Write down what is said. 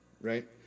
Right